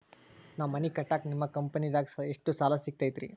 ನಾ ಮನಿ ಕಟ್ಟಾಕ ನಿಮ್ಮ ಕಂಪನಿದಾಗ ಎಷ್ಟ ಸಾಲ ಸಿಗತೈತ್ರಿ?